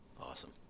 Awesome